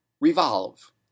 revolve